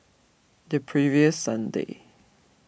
the previous Sunday